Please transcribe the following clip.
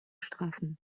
straffen